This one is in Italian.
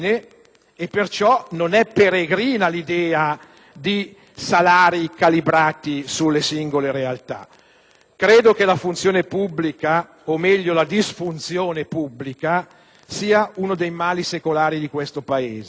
e per ciò non è peregrina l'idea di salari calibrati sulle singole realtà. Credo che la funzione pubblica, o meglio la disfunzione pubblica, sia uno dei mali secolari di questo Paese: